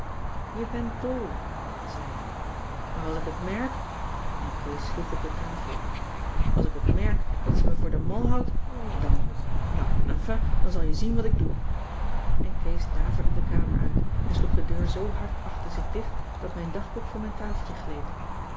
je bent dol zei ik maar als ik het merk en kees sloeg op de tafel als ik het merk dat ze me voor den mal houdt dan nou enfin dan zal je zien wat ik doe en kees daverde de kamer uit en sloeg de deur zoo hard achter zich dicht dat mijn dagboek van mijn tafeltje gleed